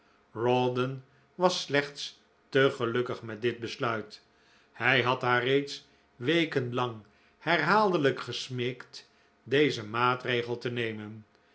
rawdon was slechts te gelukkig met dit besluit hij had haar reeds weken lang herhaaldelijk gesmeekt dezen maatregel te nemen